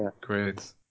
Great